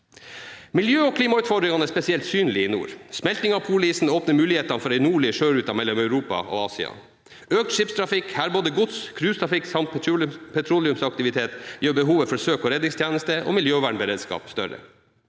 Miljø- og klimautfordringene er spesielt synlige i nord. Smelting av polisen åpner mulighetene for en nordlig sjørute mellom Europa og Asia. Økt skipstrafikk – både gods, cruisetrafikk og petroleumsaktivitet – gjør behovet for søk- og redningstjeneste og for miljøvernberedskap større.